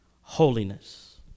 holiness